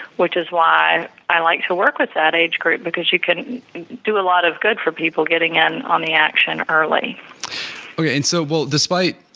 which is why i like to work with that age group, because you can do a lot of good for people getting and on the action early okay. and so well, despite,